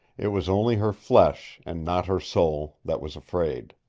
it was only her flesh and not her soul that was afraid.